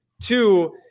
Two